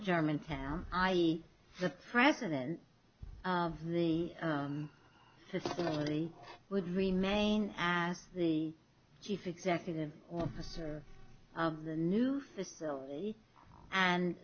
german town i e the president of the facility would remain as the chief executive officer of the new facility and